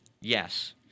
Yes